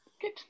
Good